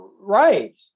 Right